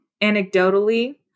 anecdotally